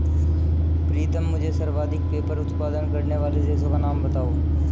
प्रीतम मुझे सर्वाधिक पेपर उत्पादन करने वाले देशों का नाम बताओ?